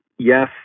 yes